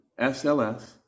SLS